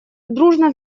дружно